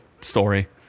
story